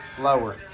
Lower